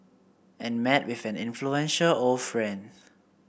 and met with an influential old friend